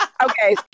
Okay